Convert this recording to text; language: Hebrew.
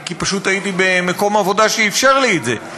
כי פשוט הייתי במקום עבודה שאפשר לי את זה.